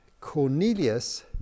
Cornelius